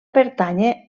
pertànyer